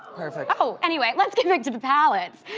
perfect. oh anyway, let's get back to the palettes.